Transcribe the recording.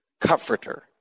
Comforter